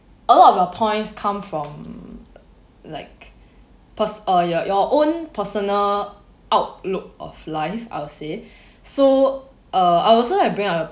a lot of your points come from like perso~ or your your own personal outlook of life I'd say so uh I also like to bring out the